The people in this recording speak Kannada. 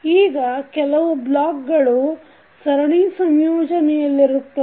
ಈಗ ಕೆಲವು ಬ್ಲಾಕ್ಗಳು ಸರಣಿ ಸಂಯೋಜನೆಯಲ್ಲಿವೆ